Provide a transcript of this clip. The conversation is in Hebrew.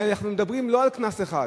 ואנחנו לא מדברים על קנס אחד.